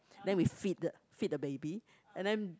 then we feed the feed the baby and then